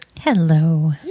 Hello